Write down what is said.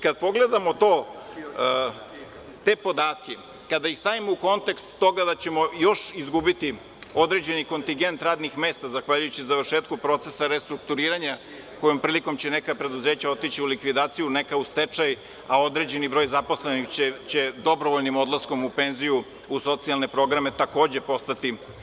Kada pogledamo te podatke, kada ih stavimo u kontekst toga da ćemo izgubiti određeni kontigent radnih mesta zahvaljujući završetku procesa restrukturiranja, prilikom koje će neka preduzeća otići u likvidaciju, neka u stečaj, a određeni broj zaposlenih će dobrovoljnim odlaskom u penziju, socijalne programe takođe postati